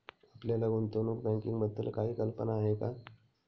आपल्याला गुंतवणूक बँकिंगबद्दल काही कल्पना आहे का?